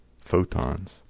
photons